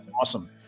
Awesome